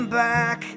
back